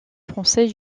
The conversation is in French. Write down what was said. français